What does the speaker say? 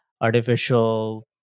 artificial